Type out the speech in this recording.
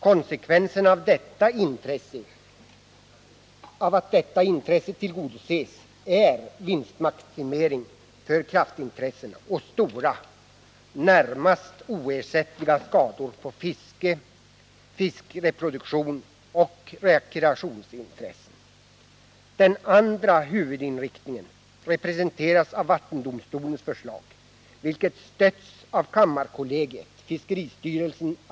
Konsekvenserna av att detta intresse tillgodoses är vinstmaximering för kraftintressenterna och stora, närmast oersättliga skador på fiske, fiskreproduktion och rekreationsintressen. Den andra huvudinriktningen representeras av vattendomstolens förslag, vilket stötts av kammarkollegiet. fiskeristyrelsen.